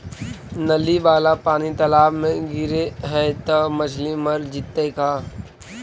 नली वाला पानी तालाव मे गिरे है त मछली मर जितै का?